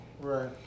Right